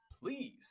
please